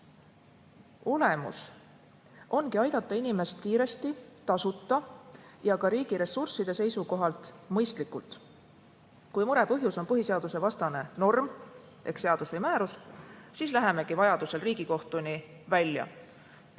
olemus ongi aidata inimest kiiresti, tasuta ja ka riigi ressursside seisukohalt mõistlikul moel. Kui mure põhjus on põhiseadusevastane norm ehk seadus või määrus, siis läheme vajadusel Riigikohtuni välja,